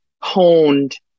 honed